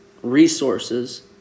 resources